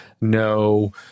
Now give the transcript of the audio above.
no